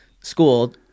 school